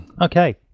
Okay